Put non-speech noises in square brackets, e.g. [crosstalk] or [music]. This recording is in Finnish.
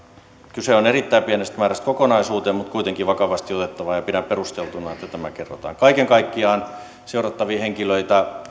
kyse on erittäin pienestä määrästä kokonaisuuteen nähden mutta kuitenkin vakavasti otettavasta ja pidän perusteltuna että tämä kerrotaan kaiken kaikkiaan seurattavia henkilöitä [unintelligible]